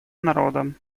народом